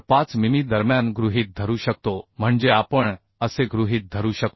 5 मिमी दरम्यान गृहीत धरू शकतो म्हणजे आपण असे गृहीत धरू शकतो